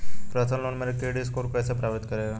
Personal loan मेरे credit score को कैसे प्रभावित करेगा?